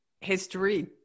history